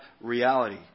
reality